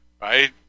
right